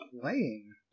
playing